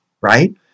right